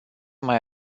mai